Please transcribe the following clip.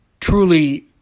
truly